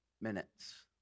minutes